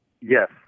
Yes